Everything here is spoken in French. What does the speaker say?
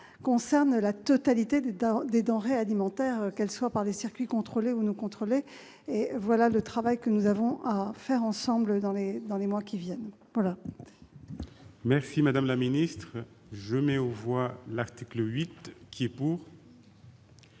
concerne la totalité des denrées alimentaires, qu'elles relèvent des circuits contrôlés ou non contrôlés. Tel est le travail que nous aurons à faire ensemble dans les mois qui viennent. Merci, madame la ministre ! Je mets aux voix l'article 8. L'amendement